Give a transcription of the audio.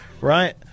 right